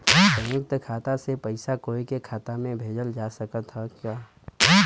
संयुक्त खाता से पयिसा कोई के खाता में भेजल जा सकत ह का?